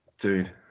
Dude